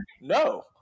no